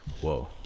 whoa